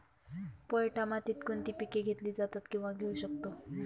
पोयटा मातीत कोणती पिके घेतली जातात, किंवा घेऊ शकतो?